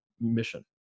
mission